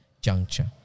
juncture